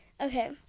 okay